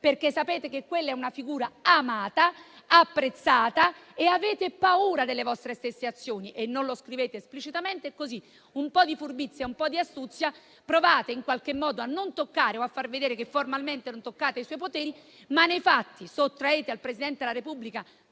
perché sapete che quella è una figura amata e apprezzata, avete paura delle vostre stesse azioni e non lo scrivete esplicitamente con un po' di furbizia e di astuzia. Provate in qualche modo a far vedere che formalmente non toccate i suoi poteri, ma nei fatti sottraete al Presidente della Repubblica